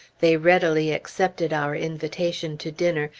they readily accepted our invitation to dinner,